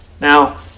Now